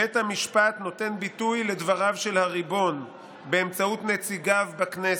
בית המשפט נותן ביטוי לדבריו של הריבון באמצעות נציגיו בכנסת,